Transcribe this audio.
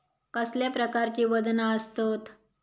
कसल्या प्रकारची वजना आसतत?